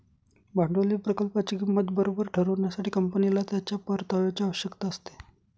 भांडवली प्रकल्पाची किंमत बरोबर ठरविण्यासाठी, कंपनीला त्याच्या परताव्याची आवश्यकता असते